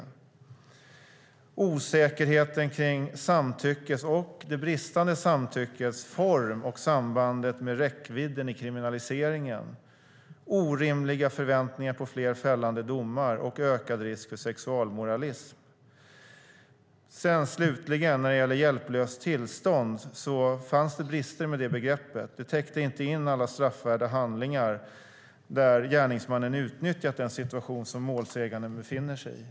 Man talar vidare om osäkerheten kring samtyckets och det bristande samtyckets form, sambandet med räckvidden i kriminaliseringen, orimliga förväntningar på fler fällande domar och ökad risk för sexualmoralism. Det fanns brister med "hjälplöst tillstånd". Det täckte inte in alla straffvärda handlingar där gärningsmannen utnyttjat den situation som målsäganden befann sig i.